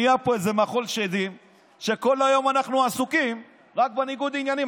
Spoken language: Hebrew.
נהיה פה איזה מחול שדים שכל היום אנחנו עסוקים רק בניגוד עניינים.